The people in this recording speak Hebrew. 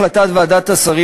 החלטת ועדת השרים,